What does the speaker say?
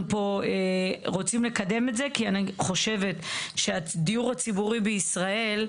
אנחנו פה רוצים לקדם את זה כי אני חושבת שהדיור הציבורי בישראל,